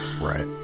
right